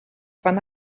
wanne